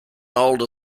older